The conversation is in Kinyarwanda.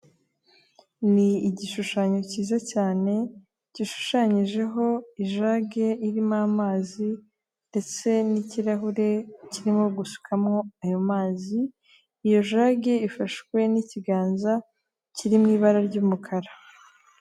Ni igishushanyo cyiza cyane gishushanyijeho ijage irimo amazi ndetse n'ikirahure kirimo gusukamwo ayo mazi, iyo jage ifashwe n'ikiganza kiri mu ibara ry'umukara.